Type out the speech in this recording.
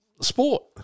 Sport